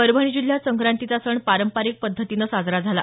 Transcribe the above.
परभणी जिल्ह्यात संक्रांतीचा सण पारंपरिक पद्दतीनं साजरा झाला